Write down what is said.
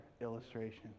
illustration